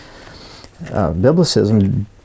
biblicism